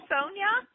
Sonia